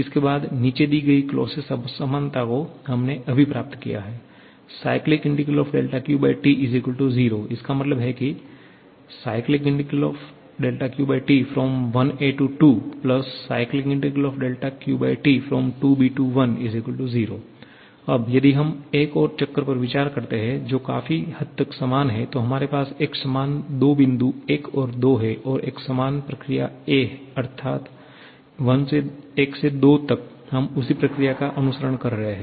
इसके बाद नीचे दी गए क्लॉसियस असमानता को हमने अभी प्राप्त किया हैं QT 0 इसका मतलब है की 1a2QT 2b1QT 0 अब यदि हम एक और चक्र पर विचार करते हैं जो काफी हद तक समान है तो हमारे पास एक समान दो बिंदु 1 और 2 हैं और एक सामान प्रक्रिया a ' है अर्थात 1 से 2 तक हम उसी प्रक्रिया का अनुसरण कर रहे हैं